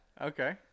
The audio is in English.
Okay